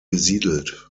besiedelt